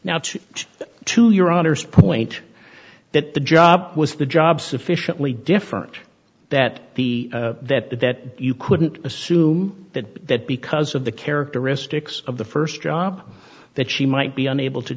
which to your honor's point that the job was the job sufficiently different that the that you couldn't assume that that because of the characteristics of the first job that she might be unable to